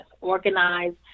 organize